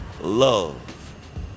love